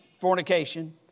fornication